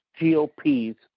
GOP's